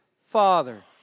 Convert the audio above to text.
father